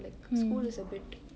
like school is a bit